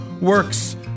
works